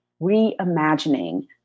reimagining